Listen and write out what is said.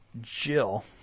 Jill